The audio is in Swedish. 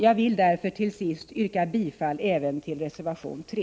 Jag vill därför till sist yrka bifall även till reservation 3.